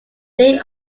name